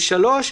ו-(3):